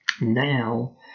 now